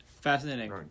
Fascinating